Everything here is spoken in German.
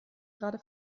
gerade